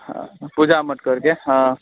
हँ पूजा मटकोरके हँ